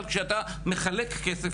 בדרך כלל שאתה מחלק כסף,